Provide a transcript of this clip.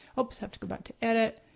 oops have to go back to edit.